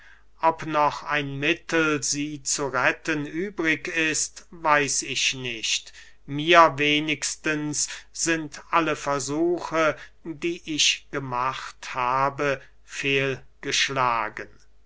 ob noch ein mittel sie zu retten übrig ist weiß ich nicht mir wenigstens sind alle versuche die ich gemacht habe